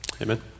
Amen